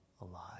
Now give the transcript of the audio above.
alive